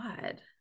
god